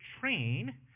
train